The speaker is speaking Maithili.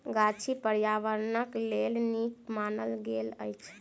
गाछी पार्यावरणक लेल नीक मानल गेल अछि